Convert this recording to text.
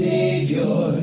Savior